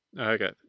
Okay